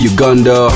Uganda